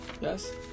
Yes